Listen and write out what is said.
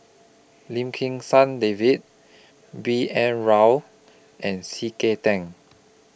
Lim Kim San David B N Rao and C K Tang